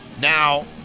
Now